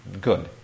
good